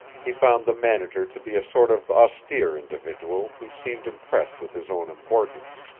he found the manager to be a sort of austere individual who seemed impressed with his own importance.